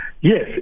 Yes